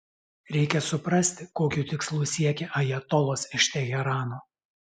reikia suprasti kokių tikslų siekia ajatolos iš teherano